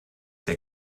der